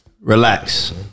Relax